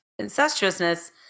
incestuousness